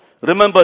Remember